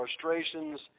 frustrations